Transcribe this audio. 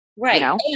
Right